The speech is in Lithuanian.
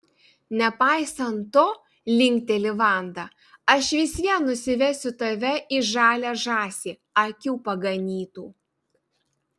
nepaisant to linkteli vanda aš vis vien nusivesiu tave į žalią žąsį akių paganytų